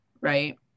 right